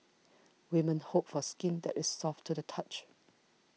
women hope for skin that is soft to the touch